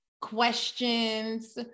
questions